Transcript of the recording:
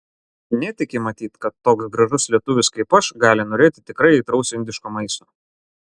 netiki matyt kad toks gražus lietuvis kaip aš gali norėti tikrai aitraus indiško maisto